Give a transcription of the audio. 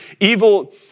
evil